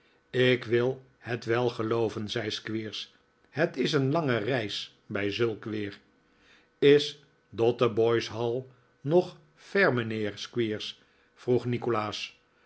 ik wil het wel gelooven zei squeers het is een lange reis bij zulk weer is dotheboys hall nog ver mijnheer squeers vroeg nikolaas